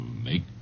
Make